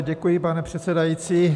Děkuji, pane předsedající.